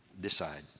decide